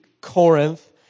Corinth